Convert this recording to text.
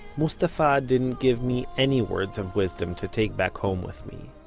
mustafa didn't give me any words of wisdom to take back home with me